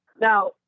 now